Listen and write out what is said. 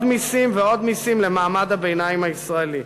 מסים ועוד מסים למעמד הביניים הישראלי".